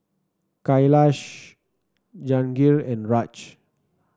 Kailash Jahangir and Raj